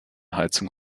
heizung